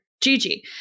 Gigi